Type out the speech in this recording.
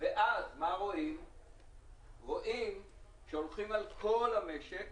אז רואים שהולכים על כל המשק